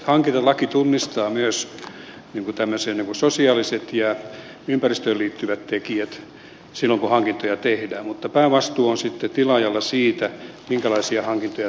hankintalaki tunnistaa myös tämmöiset sosiaaliset ja ympäristöön liittyvät tekijät silloin kun hankintoja tehdään mutta päävastuu on sitten tilaajalla siitä minkälaisia hankintoja tehdään